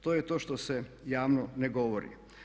To je to što se javno ne govori.